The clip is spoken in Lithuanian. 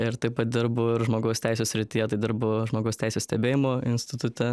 ir taip pat dirbu ir žmogaus teisių srityje tai dirbu žmogaus teisių stebėjimo institute